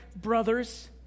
brothers